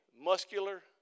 muscular